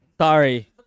Sorry